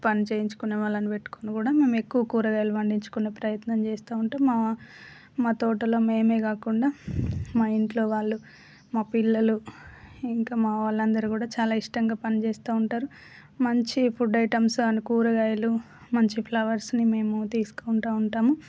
పని చేయించుకునే వాళ్ళని పెట్టుకొని కూడా మేము ఎక్కువ కూరగాయలు వండించుకునే ప్రయత్నం చేస్తూ ఉంటాం మా మా తోటలో మేమే కాకుండా మా ఇంట్లో వాళ్ళు మా పిల్లలు ఇంకా మా వాళ్ళు అందరూ కూడా చాలా ఇష్టంగా పని చేస్తూ ఉంటారు మంచి ఫుడ్ ఐటమ్స్ అండ్ కూరగాయలు మంచి ఫ్లవర్స్ని మేము తీసుకుంటూ ఉంటాము